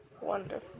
Wonderful